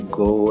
go